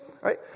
Right